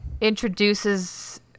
introduces